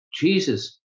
Jesus